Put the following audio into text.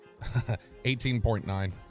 18.9